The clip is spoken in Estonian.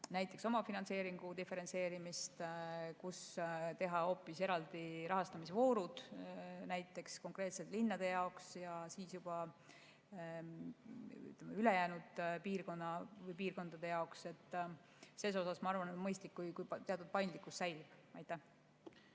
näiteks omafinantseeringu diferentseerimist, kus teha hoopis eraldi rahastamisvoorud, näiteks konkreetselt linnade jaoks ja siis juba ülejäänud piirkondade jaoks. Ses osas on minu arvates mõistlik, kui teatud paindlikkus säilib. Aitäh!